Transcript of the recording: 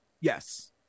Yes